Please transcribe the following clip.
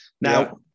Now